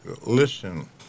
listen